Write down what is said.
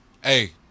Hey